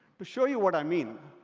to show you what i mean,